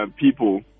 people